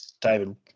David